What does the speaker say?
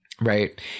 Right